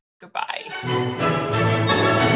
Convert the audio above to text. Goodbye